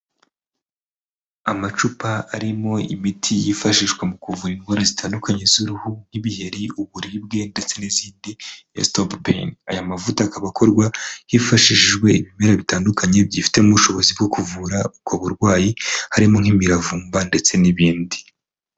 Amacupa arimo imiti yifashishwa mu kuvura indwara zitandukanye z'uruhu nk'ibiheri uburibwe ndetse n'izindi resitope payini, aya mavuta akaba akorwa hifashishijwe ibimera bitandukanye byifitemo ubushobozi bwo kuvura ubwo burwayi harimo nk'imiravumba ndetse n'ibindi.